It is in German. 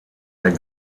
der